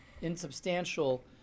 insubstantial